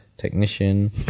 Technician